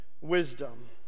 wisdom